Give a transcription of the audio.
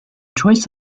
choice